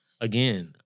Again